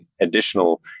additional